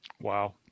Wow